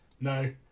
no